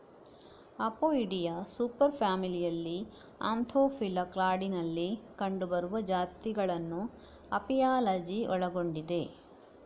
Apoidea super ಫ್ಯಾಮಿಲಿಯಲ್ಲಿ ಆಂಥೋಫಿಲಾ ಕ್ಲಾಡಿನಲ್ಲಿ ಕಂಡುಬರುವ ಜಾತಿಗಳನ್ನು ಅಪಿಯಾಲಜಿ ಒಳಗೊಂಡಿದೆ